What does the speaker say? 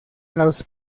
los